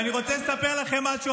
ואני רוצה לספר לכם משהו,